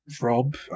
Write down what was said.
Rob